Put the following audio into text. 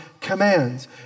commands